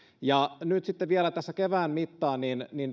nyt vielä tässä kevään mittaan